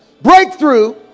breakthrough